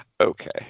Okay